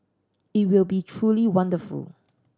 it will be truly wonderful